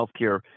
healthcare